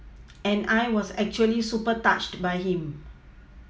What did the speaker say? and I was actually super touched by him